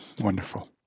Wonderful